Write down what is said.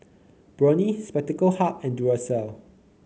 Burnie Spectacle Hut and Duracell